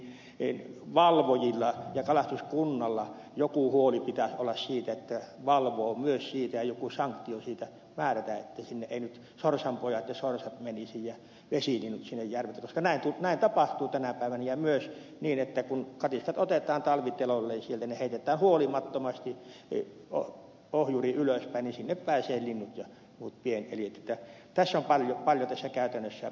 minusta siinä valvojilla ja kalastuskunnalla jokin huoli pitäisi olla siitä että valvovat myös sitä ja jokin sanktio siitä määrätä että sinne eivät nyt sorsanpojat ja sorsat ja vesilinnut menisi koska näin tapahtuu tänä päivänä ja myös niin että kun katiskat otetaan talviteloille ja sieltä ne heitetään huolimattomasti ohjuri ylöspäin niin sinne pääsevät linnut ja muut pieneliöt ja tasapainon vallitessa käytännössä